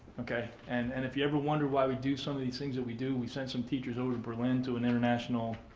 and and if you ever wonder why we do some of these things that we do we send some teachers over to berlin to an international,